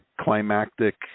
climactic